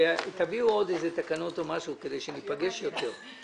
תביאו עוד איזה תקנות או משהו כדי שניפגש יותר.